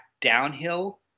downhill